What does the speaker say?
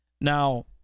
Now